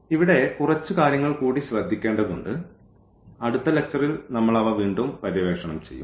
ഇവിടെ കുറച്ച് കാര്യങ്ങൾ കൂടി ശ്രദ്ധിക്കേണ്ടതുണ്ട് അടുത്ത ലെക്ച്ചറിൽ നമ്മൾ അവ വീണ്ടും പര്യവേക്ഷണം ചെയ്യും